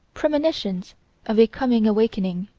premonitions of a coming awakening,